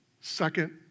second